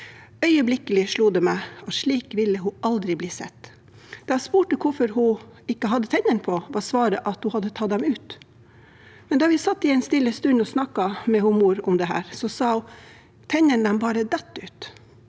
Øyeblikkelig slo det meg at slik ville hun aldri bli sett. Da jeg spurte hvorfor hun ikke hadde tennene på, var svaret at hun hadde tatt dem ut, men da vi i en stille stund satt og snakket med mor om dette, sa hun at tennene bare datt ut.